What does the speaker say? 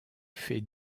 fait